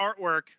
artwork